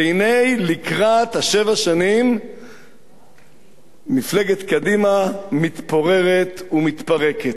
והנה לקראת שבע השנים מפלגת קדימה מתפוררת ומתפרקת.